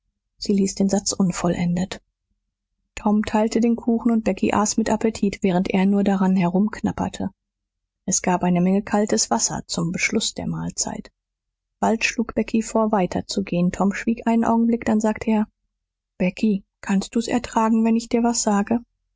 sie ließ den satz unvollendet tom teilte den kuchen und becky aß mit appetit während er nur daran herumknapperte es gab eine menge kaltes wasser zum beschluß der mahlzeit bald schlug becky vor weiter zu gehen tom schwieg einen augenblick dann sagte er becky kannst du's ertragen wenn ich dir was sage